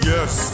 Yes